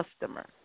customer